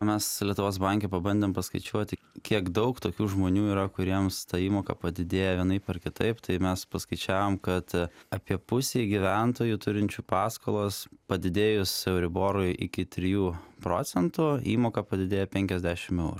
mes lietuvos banke pabandėm paskaičiuoti kiek daug tokių žmonių yra kuriems ta įmoka padidėjo vienaip ar kitaip tai mes paskaičiavom kad apie pusei gyventojų turinčių paskolas padidėjus euriborui iki trijų procentų įmoka padidėjo penkiasdešimt eurų